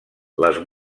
les